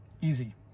Easy